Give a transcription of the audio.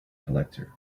collector